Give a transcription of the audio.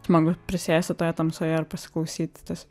smagu prisėsti toje tamsoje ir pasiklausyti tes